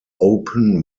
open